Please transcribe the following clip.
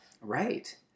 Right